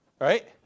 Right